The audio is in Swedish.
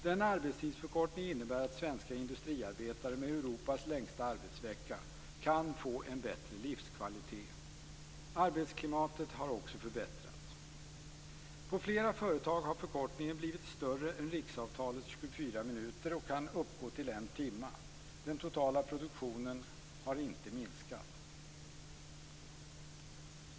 Denna arbetstidsförkortning innebär att svenska industriarbetare med Europas längsta arbetsvecka kan få en bättre livskvalitet. Arbetsklimatet har också förbättrats. På flera företag har förkortningen blivit större än riksavtalets 24 minuter och kan uppgå till en timme. Den totala produktionen har inte minskat.